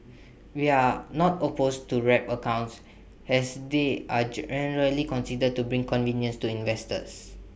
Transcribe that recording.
we are not opposed to wrap accounts has they are generally considered to bring convenience to investors